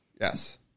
Yes